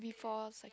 before